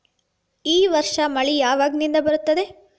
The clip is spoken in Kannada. ಈ ವರ್ಷ ಮಳಿ ಯಾವಾಗಿನಿಂದ ಬರುತ್ತದೆ?